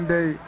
Day